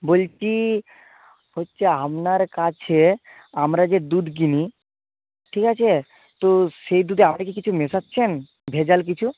বলছি হচ্ছে আপনার কাছে আমরা যে দুধ কিনি ঠিক আছে তো সেই দুধে আপনি কি কিছু মেশাচ্ছেন ভেজাল কিছু